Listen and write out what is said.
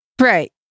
Right